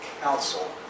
council